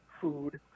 food